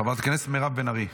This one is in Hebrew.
חברת הכנסת מירב בן ארי.